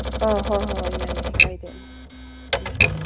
ꯑ ꯍꯣꯏ ꯍꯣꯏ ꯍꯣꯏ ꯌꯥꯏ ꯌꯥꯏ ꯀꯥꯏꯗꯦ ꯎꯝ ꯎꯝ